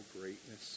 greatness